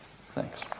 Thanks